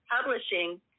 Publishing